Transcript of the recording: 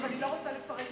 ואינני רוצה לפרט,